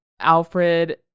Alfred